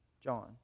John